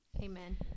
Amen